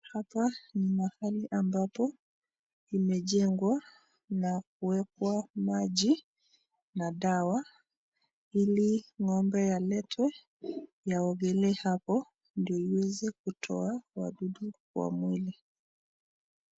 Hapa ni mahali ambapo imejengwa na kuwekwa maji na dawa , ili ngombe yalete yaogelee hapo ndio iweze kutoa wadudu kwa mwili.